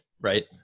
right